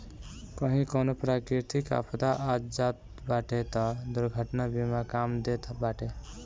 कही कवनो प्राकृतिक आपदा आ जात बाटे तअ दुर्घटना बीमा काम देत बाटे